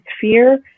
fear